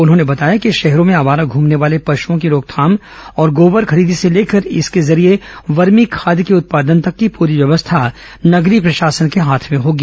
उन्होंने बताया कि शहरों में आवारा घमने वाले पशुओं की रोकथाम और गोबर खरीदी से लेकर इसके जरिये वर्मी खाद के उत्पादन तक की पूरी व्यवस्था नगरीय प्रशासन के हाथों में होगी